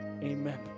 Amen